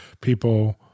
people